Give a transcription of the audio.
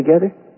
together